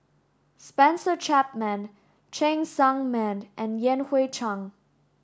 Spencer Chapman Cheng Tsang Man and Yan Hui Chang